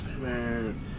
Man